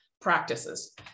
practices